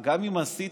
אז גם אם עשית,